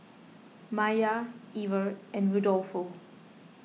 Maiya Ever and Rudolfo